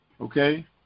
Okay